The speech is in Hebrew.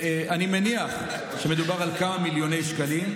אני מניח שמדובר על כמה מיליוני שקלים,